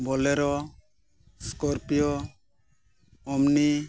Bolero Scorpio Omni